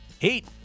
Heat